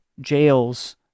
jails